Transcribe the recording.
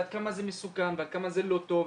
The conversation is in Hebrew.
עד כמה זה מסוכן ועד כמה זה לא טוב,